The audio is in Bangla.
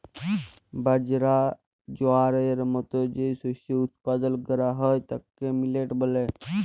বাজরা, জয়ারের মত যে শস্য উৎপাদল ক্যরা হ্যয় তাকে মিলেট ব্যলে